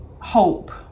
hope